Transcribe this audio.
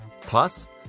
Plus